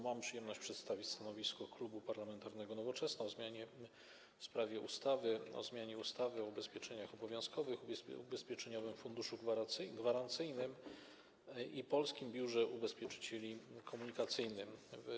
Mam przyjemność przedstawić stanowisko Klubu Poselskiego Nowoczesna w sprawie ustawy o zmianie ustawy o ubezpieczeniach obowiązkowych, Ubezpieczeniowym Funduszu Gwarancyjnym i Polskim Biurze Ubezpieczycieli Komunikacyjnych.